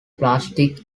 plastic